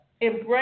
Embrace